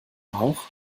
auch